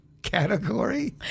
Category